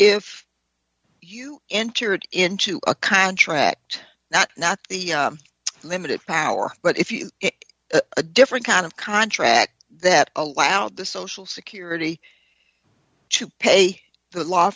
if you entered into a contract that the limited power but if you a different kind of contract that allowed the social security to pay the law